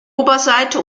oberseite